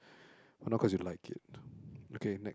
or not cause you like it okay next